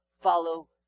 Follow